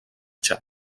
txad